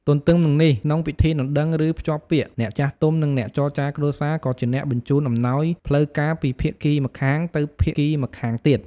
ទទ្ទឹមនឹងនេះ ក្នុងពិធីដណ្ដឹង ឬភ្ជាប់ពាក្យ អ្នកចាស់ទុំ និងអ្នកចរចារគ្រួសារក៏ជាអ្នកបញ្ជូនអំណោយ ផ្លូវការពីភាគីម្ខាងទៅភាគីម្ខាងទៀត។